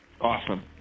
Awesome